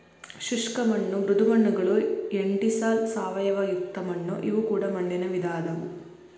ಶುಷ್ಕ ಮಣ್ಣು ಮೃದು ಮಣ್ಣುಗಳು ಎಂಟಿಸಾಲ್ ಸಾವಯವಯುಕ್ತ ಮಣ್ಣು ಇವು ಕೂಡ ಮಣ್ಣಿನ ವಿಧ ಅದಾವು